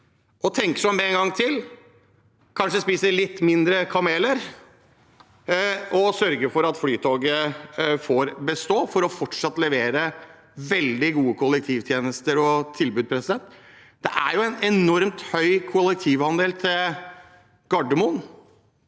seg om en gang til, kanskje svelger litt færre kameler og sørger for at Flytoget får bestå for fortsatt å levere veldig gode kollektivtjenester og -tilbud. Det er en enormt høy kollektivandel til Gardermoen.